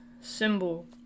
Symbol